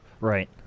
right